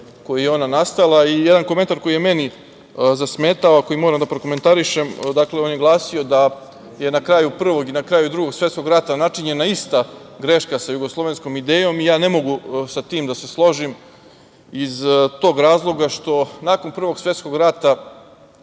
koji je ona nastala i jedan komentar koji je meni zasmetao i moram da prokomentarišem, dakle on je glasio, da je na kraju Prvog i na kraju Drugog svetskog rata, načinjena ista greška sa jugoslovenskom idejom, ja ne mogu sa tim da se složim iz tog razloga što nakon Prvog svetskog rata,